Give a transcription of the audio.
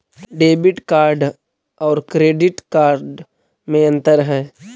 Debit card और credit card में अन्तर है?